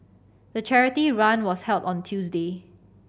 the charity run was held on Tuesday